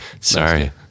Sorry